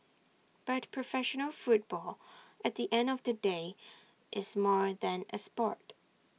but professional football at the end of the day is more than A Sport